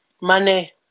Money